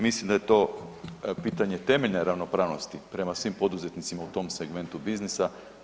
Mislim da je to pitanje temeljne ravnopravnosti prema svim poduzetnicima u tom segmentu biznisa.